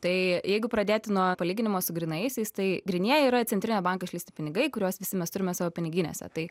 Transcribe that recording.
tai jeigu pradėti nuo palyginimo su grynaisiais tai grynieji yra centrinio banko išleisti pinigai kuriuos visi mes turime savo piniginėse tai